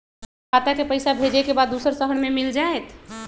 खाता के पईसा भेजेए के बा दुसर शहर में मिल जाए त?